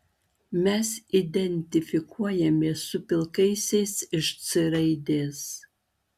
mes identifikuojamės su pilkaisiais iš c raidės